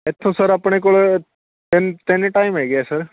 ਇੱਥੋਂ ਸਰ ਆਪਣੇ ਕੋਲ ਤਿੰਨ ਤਿੰਨ ਟਾਈਮ ਹੈਗੇ ਹੈ ਸਰ